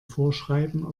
vorschreiben